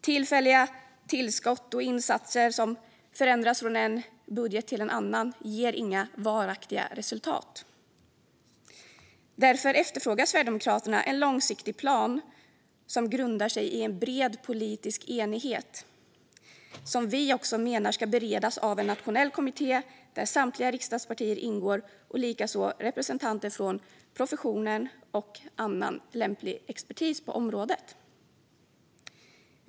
Tillfälliga tillskott och insatser som förändras från en budget till en annan ger inga varaktiga resultat. Därför efterfrågar Sverigedemokraterna en långsiktig plan som grundar sig i en bred politisk enighet - en plan som vi menar ska beredas av en nationell kommitté där samtliga riksdagspartier ingår, liksom representanter från professionen och annan lämplig expertis på området.